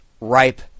ripe